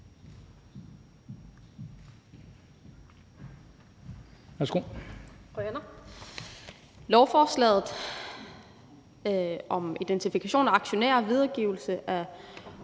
Lovforslaget om identifikation af aktionærer, videregivelse af